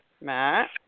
Matt